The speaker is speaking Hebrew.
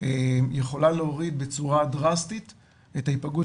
יכולה להוריד בצורה דרסטית את ההיפגעות